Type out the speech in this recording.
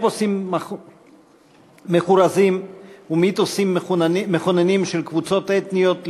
אפוסים מחורזים ומיתוסים מכוננים של קבוצות אתניות,